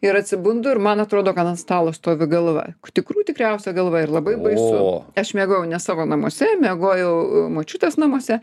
ir atsibundu ir man atrodo kad ant stalo stovi galva tikrų tikriausia galva ir labai baisu aš miegojau ne savo namuose miegojau močiutės namuose